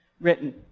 written